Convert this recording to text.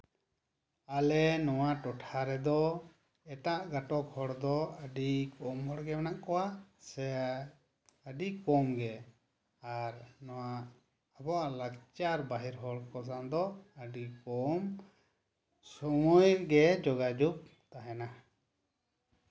ᱟᱞᱮ ᱱᱚᱶᱟ ᱴᱚᱴᱷᱟ ᱨᱮᱫᱚ ᱮᱴᱟᱜ ᱜᱟᱛᱟᱠ ᱦᱚᱲ ᱫᱚ ᱟᱹᱰᱤ ᱠᱚᱢ ᱦᱚᱲ ᱜᱮ ᱢᱮᱱᱟᱜ ᱠᱚᱣᱟ ᱥᱮ ᱟᱹᱰᱤ ᱠᱚᱢ ᱜᱮ ᱟᱨ ᱱᱚᱶᱟ ᱟᱵᱚᱣᱟᱜ ᱞᱟᱠᱪᱟᱨ ᱵᱟᱨᱦᱮ ᱦᱚᱲ ᱠᱚ ᱥᱟᱶ ᱫᱚ ᱟᱹᱰᱤ ᱠᱚᱢ ᱥᱚᱢᱚᱭ ᱜᱮ ᱡᱳᱜᱟᱡᱳᱜᱽ ᱛᱟᱦᱮᱸᱱᱟ